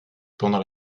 pendant